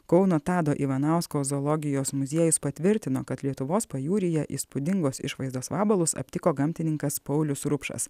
kauno tado ivanausko zoologijos muziejus patvirtino kad lietuvos pajūryje įspūdingos išvaizdos vabalus aptiko gamtininkas paulius rupšas